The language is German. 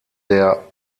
der